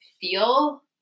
feel